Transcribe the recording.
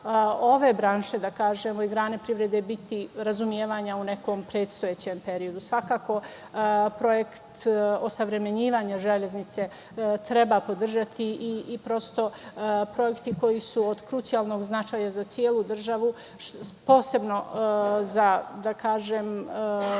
ove branše i grane privrede biti razumevanja u nekom predstojećem periodu. Svakako projekt osavremenjivanja železnice treba podržati i prosto projekti koji su od krucijalnog značaja za celu državu, posebno za malo